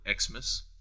Xmas